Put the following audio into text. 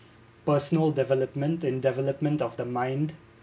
personal development and development of the mind